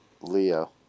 Leo